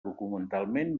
documentalment